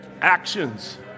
actions